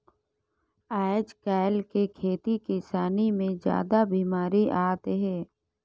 आयज कायल के खेती किसानी मे जादा बिमारी आत हे